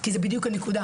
כי זו בדיוק הנקודה.